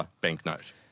banknote